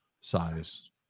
size